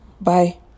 Bye